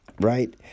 right